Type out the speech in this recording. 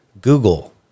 Google